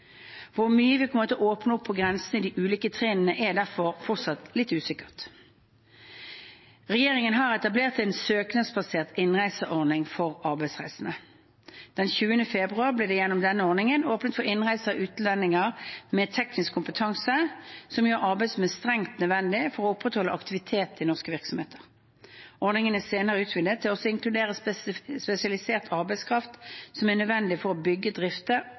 Hvor mye vi kommer til å åpne opp på grensene i de ulike trinnene, er derfor fortsatt litt usikkert. Regjeringen har etablert en søknadsbasert innreiseordning for arbeidsreisende. Den 20. februar ble det, gjennom denne ordningen, åpnet for innreise for utlendinger med teknisk kompetanse som gjør arbeid som er strengt nødvendig for å opprettholde aktiviteten i norske virksomheter. Ordningen er senere utvidet til også å inkludere spesialisert arbeidskraft som er nødvendig for å bygge,